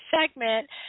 segment